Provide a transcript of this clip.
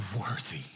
worthy